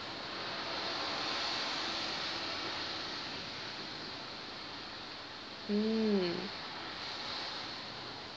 mm